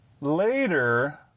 Later